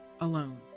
alone